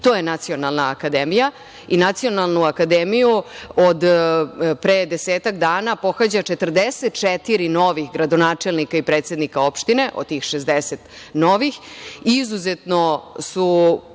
To je Nacionalna akademija. Nacionalnu akademiju od pre desetak dana pohađa 44 novih gradonačelnika i predsednika opštine, od tih 60 novih,